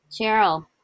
Cheryl